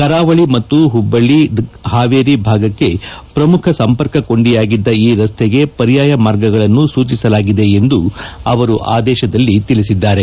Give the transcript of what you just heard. ಕರಾವಳಿ ಮತ್ತು ಹುಬ್ಬಳ್ಳಿ ಹಾವೇರಿ ಭಾಗಕ್ಕೆ ಪ್ರಮುಖ ಸಂಪರ್ಕ ಕೊಂಡಿಯಾಗಿದ್ದ ಈ ರಸ್ತೆಗೆ ಪರ್ಯಾಯ ಮಾರ್ಗಗಳನ್ನು ಸೂಚಿಸಲಾಗಿದೆ ಎಂದು ಅವರು ಆದೇಶದಲ್ಲಿ ತಿಳಿಸಿದ್ದಾರೆ